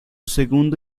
segundo